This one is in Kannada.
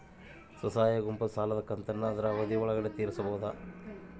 ಸ್ವಸಹಾಯ ಗುಂಪು ಸಾಲದ ಕಂತನ್ನ ಆದ್ರ ಅವಧಿ ಒಳ್ಗಡೆ ತೇರಿಸಬೋದ?